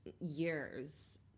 years